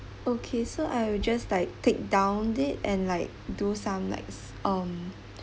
okay so I will just like take down it and like do some like um